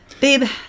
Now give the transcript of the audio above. Babe